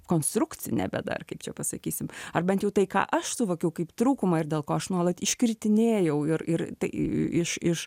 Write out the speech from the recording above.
konstrukcinė bėda ar kaip čia pasakysim ar bent jau tai ką aš suvokiau kaip trūkumą ir dėl ko aš nuolat iškritinėjau ir ir tai iš iš